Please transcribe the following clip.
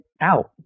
out